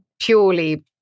purely